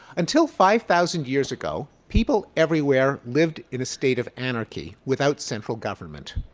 until five thousand years ago, people everywhere lived in a state of anarchy without central government.